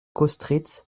kostritz